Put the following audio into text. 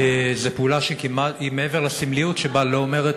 זו פעולה שמעבר לסמליות שבה לא אומרת